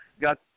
got